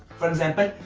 for example,